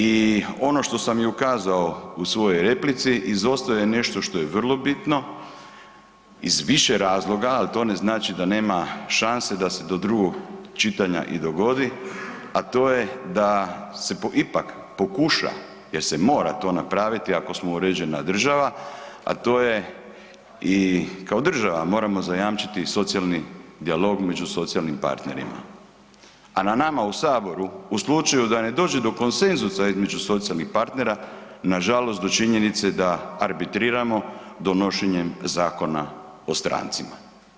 I ono što sam i ukazao u svojoj replici izostavljeno je nešto što je vrlo bitno iz više razloga, a to ne znači da nema šanse da se do drugog čitanja i dogodi, a to je da se ipak pokuša jer se mora to napraviti ako smo uređena država, a to je i kao država moramo zajamčiti socijalni dijalog među socijalnim partnerima, a na nama u saboru u slučaju da ne dođe do konsenzusa između socijalnih partnera nažalost do činjenice da arbitriramo donošenjem Zakona o strancima.